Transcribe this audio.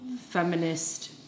feminist